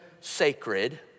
sacred